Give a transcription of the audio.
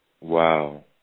Wow